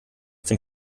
dem